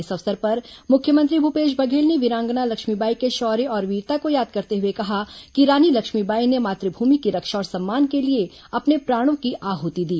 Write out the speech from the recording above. इस अवसर पर मुख्यमंत्री भूपेश बघेल ने वीरांगना लक्ष्मीबाई के शौर्य और वीरता को याद करते हुए कहा कि रानी लक्ष्मीबाई ने मातृभूमि की रक्षा और सम्मान के लिए अपने प्राणों की आहूति दी